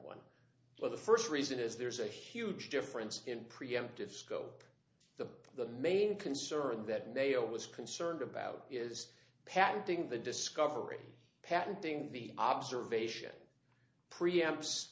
but the first reason is there's a huge difference in preemptive scope the the main concern that mayo was concerned about is patenting the discovery patenting the observation pre